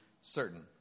certain